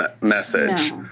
message